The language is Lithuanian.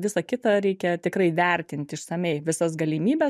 visa kita reikia tikrai vertinti išsamiai visas galimybes